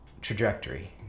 trajectory